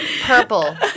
purple